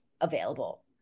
available